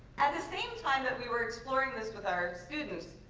and the same time that we were exploring this with our students,